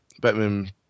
Batman